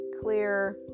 clear